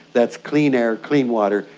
that's clean air, clean water,